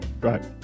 Right